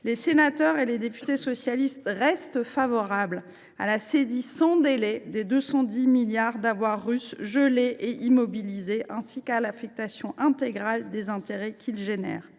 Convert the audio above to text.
Les sénateurs et députés socialistes restent favorables à la saisie sans délai des 210 milliards d’euros d’avoirs russes gelés et immobilisés, ainsi qu’à l’affectation intégrale à l’Ukraine des intérêts qu’ils produisent.